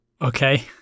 Okay